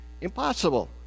Impossible